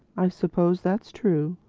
i suppose that's true.